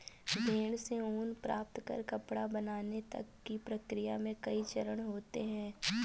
भेड़ से ऊन प्राप्त कर कपड़ा बनाने तक की प्रक्रिया में कई चरण होते हैं